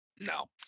No